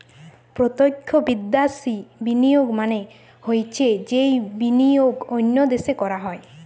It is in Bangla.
প্রত্যক্ষ বিদ্যাশি বিনিয়োগ মানে হৈছে যেই বিনিয়োগ অন্য দেশে করা হয়